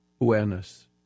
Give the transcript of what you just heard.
awareness